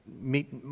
meet